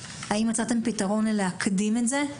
האם מצאתם פתרון לאפשרות להקדים את זה,